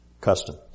custom